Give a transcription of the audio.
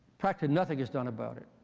practically nothing is done about it.